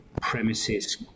premises